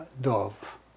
dove